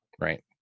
right